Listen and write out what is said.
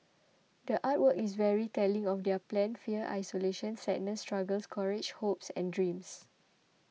the art work is very telling of their pain fear isolation sadness struggles courage hopes and dreams